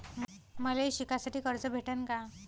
मले शिकासाठी कर्ज भेटन का?